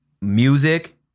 music